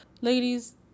Ladies